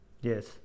Yes